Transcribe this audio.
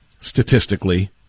Statistically